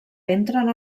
entren